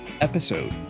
episode